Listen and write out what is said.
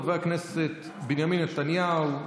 חברי הכנסת בנימין נתניהו,